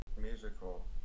musical